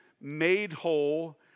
made-whole